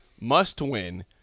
must-win